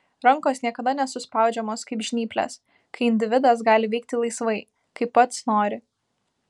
rankos niekada nesuspaudžiamos kaip žnyplės kai individas gali veikti laisvai kaip pats nori